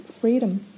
freedom